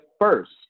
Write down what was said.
first